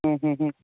ହୁଁ ହୁଁ ହୁଁ